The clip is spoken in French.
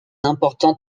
important